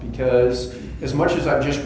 because as much as i just